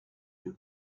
you